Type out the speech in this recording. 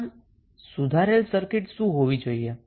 આમ updated circuit શું હોવી જોઈએ